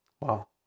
Wow